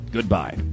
Goodbye